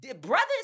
brothers